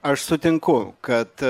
aš sutinku kad